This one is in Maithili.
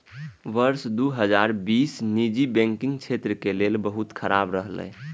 वर्ष दू हजार बीस निजी बैंकिंग क्षेत्र के लेल बहुत खराब रहलै